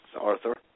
Arthur